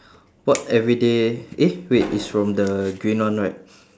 what everyday eh wait it's from the green one right